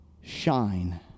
shine